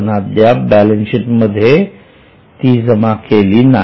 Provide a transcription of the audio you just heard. आपण अद्याप balance sheet मध्ये ती जमा केली नाही